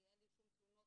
ואין לי שום תלונו